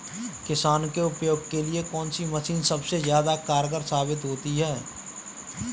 किसान के उपयोग के लिए कौन सी मशीन सबसे ज्यादा कारगर साबित होती है?